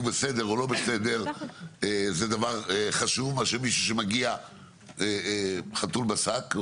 בסדר או לא בסדר לעומת מישהו שמגיע והוא בגדר חתול בשק.